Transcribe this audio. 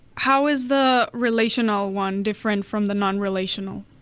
how is the relational one different from the non-relational?